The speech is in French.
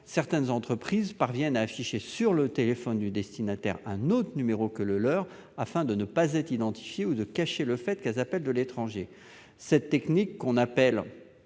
certaines entreprises parviennent à afficher sur le téléphone du destinataire un autre numéro que le leur, afin de ne pas être identifiées ou de cacher le fait qu'elles appellent de l'étranger. Cette technique, appelée